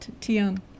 Tian